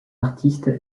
artiste